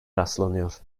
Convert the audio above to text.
rastlanıyor